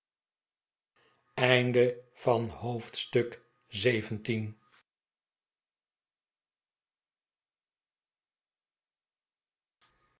wand van het